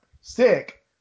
sick